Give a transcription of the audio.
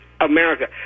America